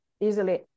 easily